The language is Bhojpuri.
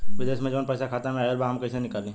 विदेश से जवन पैसा खाता में आईल बा हम कईसे निकाली?